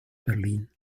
berlin